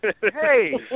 Hey